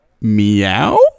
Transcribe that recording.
meow